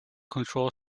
control